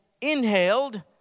inhaled